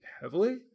heavily